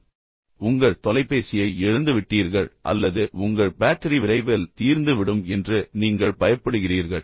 உங்கள் தொலைபேசியை யாரோ திருடிவிட்டார்கள் அல்லது உங்கள் தொலைபேசியை நீங்கள் இழந்துவிட்டீர்கள் அல்லது உங்கள் பேட்டரி விரைவில் தீர்ந்துவிடும் என்று நீங்கள் பயப்படுகிறீர்கள்